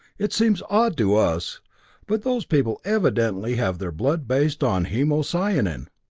it seems odd to us but those people evidently have their blood based on hemocyanin.